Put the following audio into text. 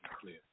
clear